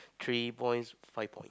three points five point